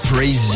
Praise